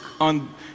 on